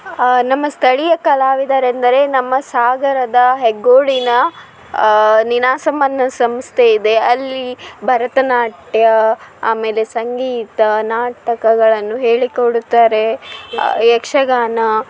ನಮ್ಮ ಸ್ಥಳೀಯ ಕಲಾವಿದರೆಂದರೆ ನಮ್ಮ ಸಾಗರದ ಹೆಗ್ಗೋಡಿನ ನಿನಾಸಮ್ ಅನ್ನೋ ಸಂಸ್ಥೆ ಇದೆ ಅಲ್ಲಿ ಭರತನಾಟ್ಯ ಆಮೇಲೆ ಸಂಗೀತ ನಾಟಕಗಳನ್ನು ಹೇಳಿ ಕೊಡುತ್ತಾರೆ ಯಕ್ಷಗಾನ